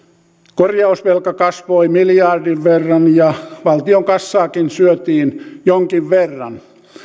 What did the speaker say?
korjausvelka kasvoi miljardin verran ja valtion kassaakin syötiin jonkin verran